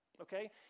okay